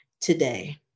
today